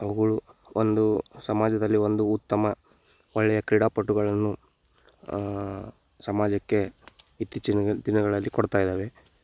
ಅವ್ಗಳು ಒಂದು ಸಮಾಜದಲ್ಲಿ ಒಂದು ಉತ್ತಮ ಒಳ್ಳೆಯ ಕ್ರೀಡಾಪಟುಗಳನ್ನು ಸಮಾಜಕ್ಕೆ ಇತ್ತೀಚಿನ ದಿನಗಳಲ್ಲಿ ಕೊಡ್ತಾ ಇದಾವೆ